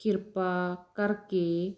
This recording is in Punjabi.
ਕਿਰਪਾ ਕਰਕੇ